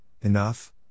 enough